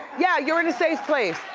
yeah, you're in a safe place.